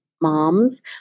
moms